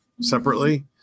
separately